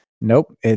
nope